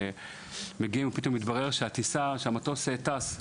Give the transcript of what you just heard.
מגיעים ופתאום מתברר שהמטוס טס.